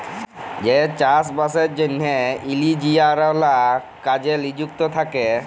যে চাষ বাসের জ্যনহে ইলজিলিয়াররা কাজে লিযুক্ত থ্যাকে